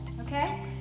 okay